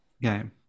game